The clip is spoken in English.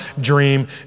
dream